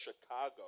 Chicago